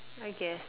I guess